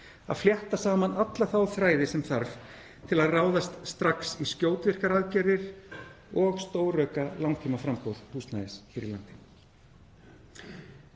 að flétta saman alla þá þræði sem þarf til að ráðast strax í skjótvirkar aðgerðir og stórauka langtímaframboð húsnæðis hér á landi.